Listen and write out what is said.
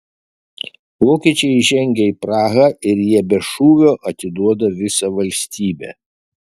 vokiečiai įžengia į prahą ir jie be šūvio atiduoda visą valstybę